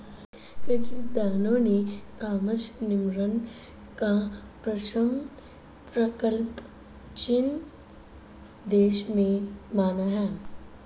कुछ विद्वानों ने कागज निर्माण का प्रथम प्रकल्प चीन देश में माना है